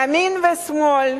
ימין ושמאל,